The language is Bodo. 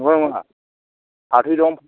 नंगौ ना नङा फाथै दं